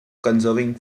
conserving